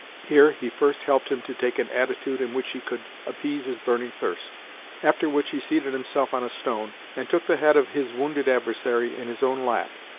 here he first helped him to take an attitude in which he could appease his burning thirst after which he seated himself on a stone, and took the head of his wounded adversary in his own lap,